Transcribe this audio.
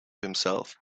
himself